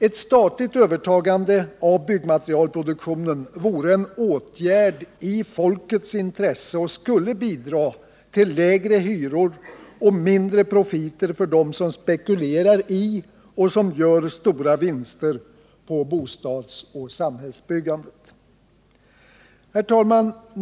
Ett statligt övertagande av byggmaterialproduktionen vore en åtgärd i folkets intresse och skulle bidra till lägre hyror och mindre profiter för dem som spekulerar i och gör stora vinster på bostadsoch samhällsbyggande.